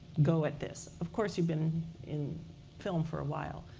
go at this. of course, you've been in film for a while.